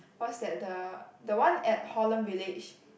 what's that the the one at Holland Village